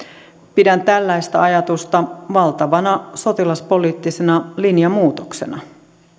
pidän tällaista ajatusta valtavana sotilaspoliittisena linjanmuutoksena